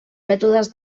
mètodes